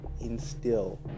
instill